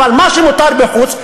אבל מה שמותר בחוץ,